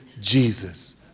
Jesus